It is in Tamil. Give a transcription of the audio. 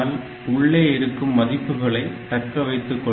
ஆனால் உள்ளே இருக்கும் மதிப்புகளை தக்கவைத்துக் கொள்கிறது